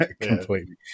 completely